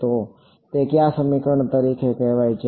તો તે કયા સમીકરણ તરીકે પણ કહેવાય છે